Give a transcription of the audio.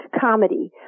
comedy